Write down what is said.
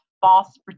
false